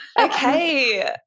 Okay